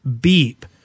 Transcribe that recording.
beep